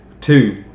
Two